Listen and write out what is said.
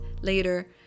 later